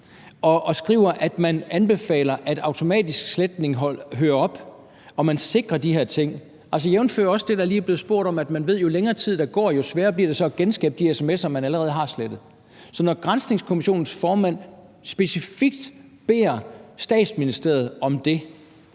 Man skriver, at man anbefaler, at automatisk sletning hører op, og at de her ting sikres – altså jævnfør også det, der lige er blevet spurgt til, med hensyn til at vi ved, at jo længere tid der går, jo sværere bliver det at genskabe de her sms'er, der allerede er slettet. Så når Granskningskommissionens formand specifikt beder Statsministeriet om det,